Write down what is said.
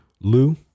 Lou